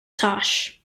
tosh